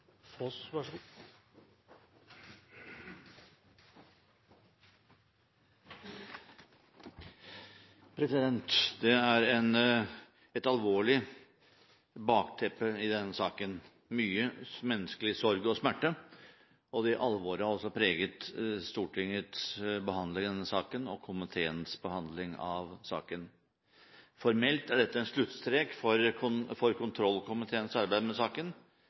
Det er et alvorlig bakteppe i denne saken – mye menneskelig sorg og smerte. Det alvoret har også preget Stortingets og komiteens behandling av denne saken. Formelt er dette en sluttstrek for kontrollkomiteens arbeid med saken,